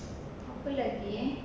you like here